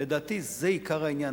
לדעתי זה עיקר העניין,